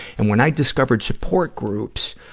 and when i discovered support groups,